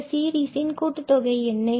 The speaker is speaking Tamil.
இந்த சீரிஸில் கூட்டுத்தொகை என்ன